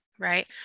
Right